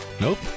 Nope